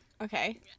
Okay